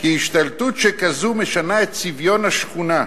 "כי השתלטות שכזו משנה את צביון השכונה,